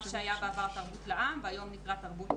מה שהיה בעבר "תרבות לעם" והיום נקרא "תרבות בישראל".